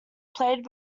played